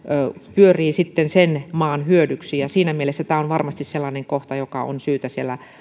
pyörii sen maan hyödyksi siinä mielessä tämä on varmasti sellainen kohta joka on syytä siellä